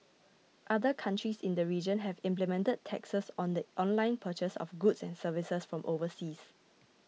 other countries in the region have implemented taxes on the online purchase of goods and services from overseas